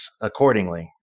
accordingly